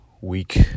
week